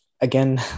Again